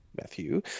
Matthew